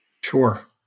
Sure